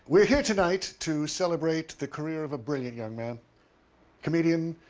we're here tonight to celebrate the career of a brilliant young man comedian,